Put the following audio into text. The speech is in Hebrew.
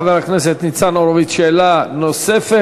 חבר הכנסת ניצן הורוביץ, שאלה נוספת.